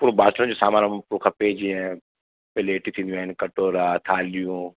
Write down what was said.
पोइ बासण जो सामान पोइ खपे जीअं प्लेट थींदियूं आहिनि कटोरा थालियूं